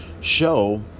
show